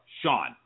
Sean